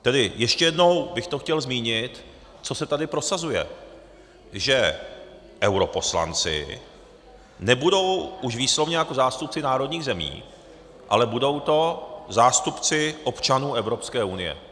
Tedy ještě jednou bych to chtěl zmínit, co se tady prosazuje že europoslanci nebudou už výslovně zástupci národních zemí, ale budou to zástupci občanů Evropské unie.